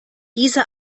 diese